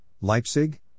Leipzig